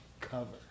cover